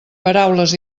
paraules